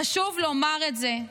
חשוב לומר את זה,